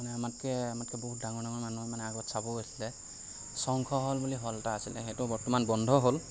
মানে আমাতকৈ আমাতকৈ বহুত ডাঙৰ ডাঙৰ মানুহ মানে আগত চাব গৈছিলে শংখ হল বুলি এটা হল এটা আছিলে সেইটো বৰ্তমান বন্ধ হ'ল